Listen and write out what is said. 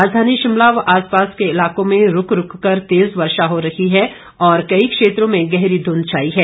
राजधानी शिमला व आसपास के इलाकों में रूक रूक कर तेज़ वर्षा हो रही है और कई क्षेत्रों में गहरी धुंध छाई है